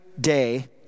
day